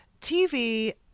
TV